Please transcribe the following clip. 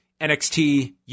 NXT